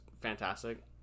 fantastic